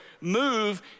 MOVE